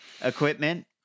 equipment